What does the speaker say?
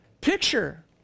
picture